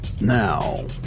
Now